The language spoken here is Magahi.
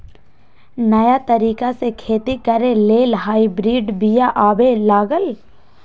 नयाँ तरिका से खेती करे लेल हाइब्रिड बिया आबे लागल